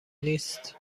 نیست